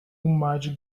much